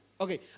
Okay